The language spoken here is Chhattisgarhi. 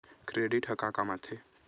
क्रेडिट ह का काम आथे?